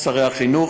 שרי החינוך,